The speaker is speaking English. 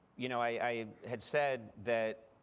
you know i had said that